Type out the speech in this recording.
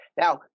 Now